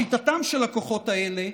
לשיטתם של הכוחות האלה,